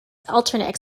alternative